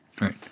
Right